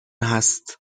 هست